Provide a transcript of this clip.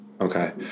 Okay